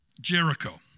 Jericho